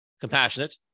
compassionate